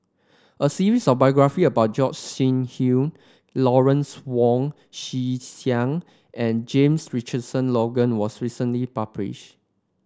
a series of biographies about Gog Sing Hooi Lawrence Wong Shyun Tsai and James Richardson Logan was recently published